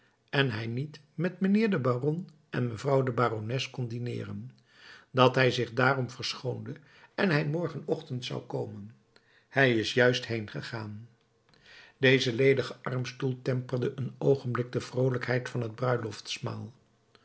en hij niet met mijnheer den baron en mevrouw de barones kon dineeren dat hij zich daarom verschoonde en hij morgenochtend zou komen hij is juist heengegaan deze ledige armstoel temperde een oogenblik de vroolijkheid van het